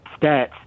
stats